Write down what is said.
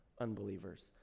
unbelievers